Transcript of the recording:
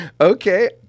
Okay